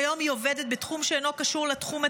כיום היא עובדת בתחום שאינו קשור לתחום הטיפולי,